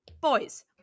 boys